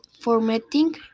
formatting